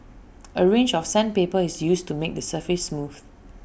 A range of sandpaper is used to make the surface smooth